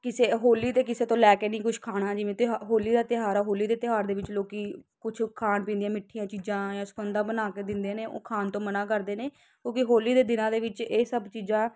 ਕਿਸੇ ਹੋਲੀ 'ਤੇ ਕਿਸੇ ਤੋਂ ਲੈ ਕੇ ਨਹੀਂ ਕੁਛ ਖਾਣਾ ਨਹੀਂ ਜਿਵੇਂ ਤਿਉਹਾਰ ਹੋਲੀ ਦਾ ਤਿਉਹਾਰ ਆ ਹੋਲੀ ਦੇ ਤਿਉਹਾਰ ਦੇ ਵਿੱਚ ਲੋਕ ਕੁਛ ਖਾਣ ਪੀਣ ਦੀਆਂ ਮਿੱਠੀਆਂ ਚੀਜ਼ਾਂ ਜਾਂ ਬਣਾ ਕੇ ਦਿੰਦੇ ਨੇ ਉਹ ਖਾਣ ਤੋਂ ਮਨਾ ਕਰਦੇ ਨੇ ਕਿਉਂਕਿ ਹੋਲੀ ਦੇ ਦਿਨਾਂ ਦੇ ਵਿੱਚ ਇਹ ਸਭ ਚੀਜ਼ਾਂ